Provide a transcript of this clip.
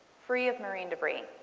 free of marine debris.